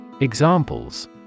Examples